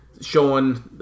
showing